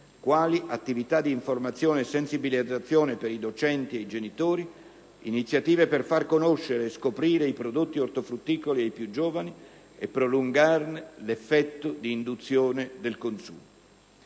quali attività di informazione e sensibilizzazione per i docenti e i genitori e iniziative per far conoscere e scoprire i prodotti ortofrutticoli ai più giovani e prolungarne l'effetto di induzione del consumo.